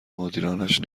مدیرانش